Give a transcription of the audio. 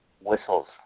whistles